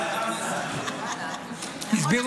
חמסה חמסה.